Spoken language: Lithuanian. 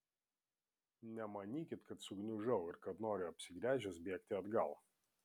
nemanykit kad sugniužau ir kad noriu apsigręžęs bėgti atgal